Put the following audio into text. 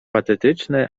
patetyczne